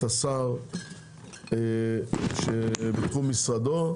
נוהגים לארח את השר שבתחום משרדו,